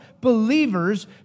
believers